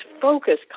focus